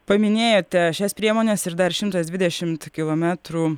paminėjote šias priemones ir dar šimtas dvidešimt kilometrų